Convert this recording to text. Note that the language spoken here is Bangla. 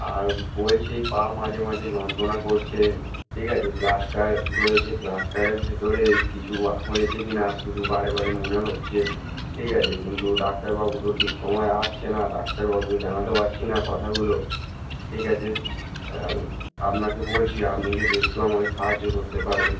আর বলছি পা মাঝে মাঝে যন্ত্রণা করছে ঠিক আছে প্লাস্টার রয়েছে প্লাস্টারের ভেতরে কিছু হয়েছে কি না শুধু বারে বারে মনে হচ্ছে ঠিক আছে কিন্তু ডাক্তারবাবু তো ঠিক সময় আসছে না ডাক্তারবাবুকে জানাতে পারছি না কথাগুলো ঠিক আছে আপনাকে বলছি আপনি যদি একটু আমাকে সাহায্য করতে পারেন